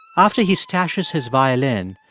after he stashes his violin,